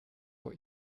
vor